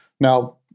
Now